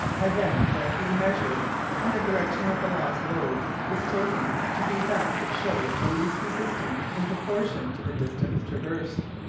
are then carefully measured and the direction of the lost lode is taken to be that which shows the least resistance in proportion to the distance traversed.